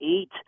eight